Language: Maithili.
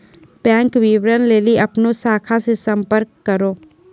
बैंक विबरण लेली अपनो शाखा से संपर्क करो